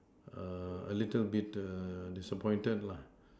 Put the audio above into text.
err a little bit err disappointed lah